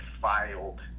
filed